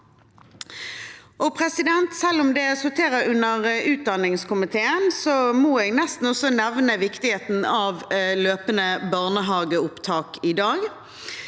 Og selv om det sorterer under utdanningskomiteen, må jeg nesten også nevne viktigheten av løpende barnehageopptak i dag.